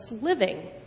living